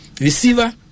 receiver